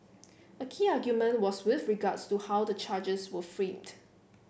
a key argument was with regards to how the charges were framed